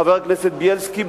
חבר הכנסת בילסקי,